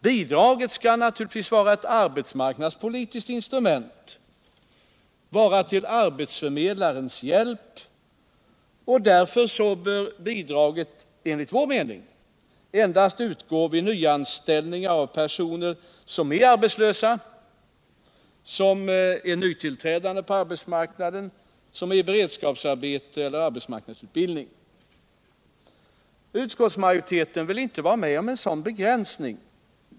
Bidraget skall naturligtvis vara ett arbetsmarknadspolitiskt instrument, och det skall vara till arbetsförmedlarens hjälp. Därför bör bidraget, enligt vår mening, endast utgå vid nyanställning av personer, som är arbetslösa, som är nytillträdande på arbetsmarknaden, som är i beredskapsarbete eller under arbetsmarknadsutbildning. Utskottsmajoriteten vill inte vara med om en sådan begränsning.